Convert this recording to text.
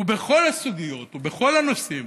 ובכל הסוגיות ובכל הנושאים